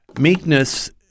Meekness